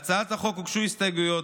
להצעת החוק הוגשו הסתייגויות,